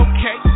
Okay